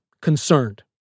concerned